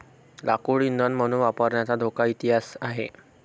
लाकूड इंधन म्हणून वापरण्याचा मोठा इतिहास आहे